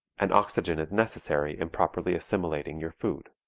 and oxygen is necessary in properly assimilating your food.